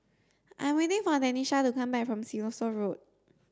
I 'm waiting for Denisha to come back from Siloso Road